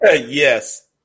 Yes